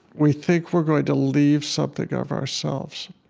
we think we're going to leave something of ourselves.